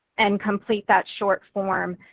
and complete that short form.